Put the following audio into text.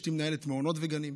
אשתי מנהלת מעונות וגנים.